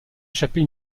échapper